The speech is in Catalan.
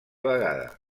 vegada